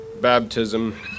baptism